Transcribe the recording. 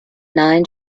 nine